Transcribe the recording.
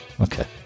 Okay